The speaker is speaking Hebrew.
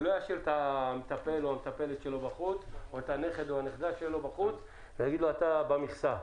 ישאיר את המטפל/ת שלו בחוץ כי הם לא במכסה.